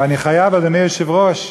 ואני חייב, אדוני היושב-ראש,